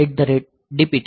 તેથી MOVX ADPTR